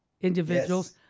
individuals